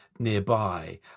nearby